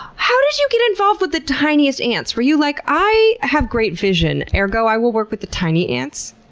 how did you get involved with the tiniest ants? were you like, i have great vision, ergo i will work with the tiny ants.